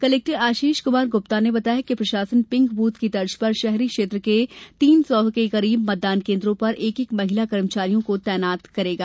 collector Ashish Kumar Gupta ने बताया कि प्रशासन पिंक बूथ की तर्ज पर शहरी क्षेत्र के तीन सौ के करीब मतदान केन्द्रों पर एक एक महिला कर्मचारियों को तैनात किया जायेगा